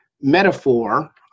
metaphor